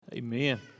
Amen